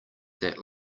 that